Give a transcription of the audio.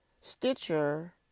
stitcher